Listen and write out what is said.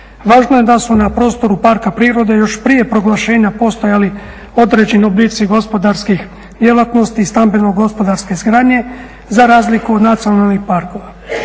Važno je da su na prostoru parka prirode još prije proglašenja postojali određeni oblici gospodarskih djelatnosti i stambeno gospodarske izgradnje za razliku od nacionalnih parkova.